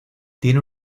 tiene